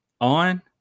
on